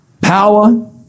power